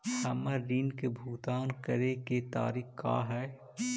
हमर ऋण के भुगतान करे के तारीख का हई?